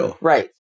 Right